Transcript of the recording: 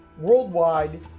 Worldwide